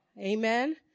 Amen